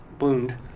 wound